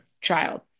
child